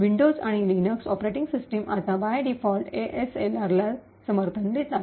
Windows आणि Linux operating system आता by default एएसएलआरला समर्थन देतात